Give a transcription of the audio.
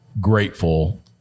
grateful